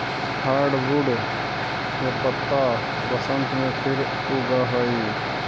hardwood के पत्त्ता बसन्त में फिर उगऽ हई